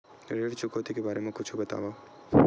ऋण चुकौती के बारे मा कुछु बतावव?